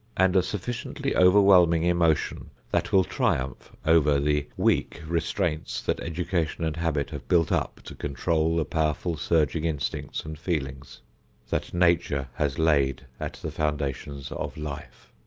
and a sufficiently overwhelming emotion that will triumph over the weak restraints that education and habit have built up, to control the powerful surging instincts and feelings that nature has laid at the foundation of life.